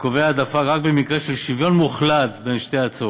הקובע העדפה רק במקרה של שוויון מוחלט בין שתי ההצעות,